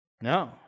No